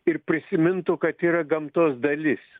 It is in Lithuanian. ir prisimintų kad yra gamtos dalis